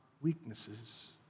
weaknesses